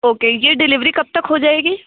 okay यह delivery कब तक हो जाएगी